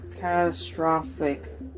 catastrophic